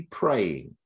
praying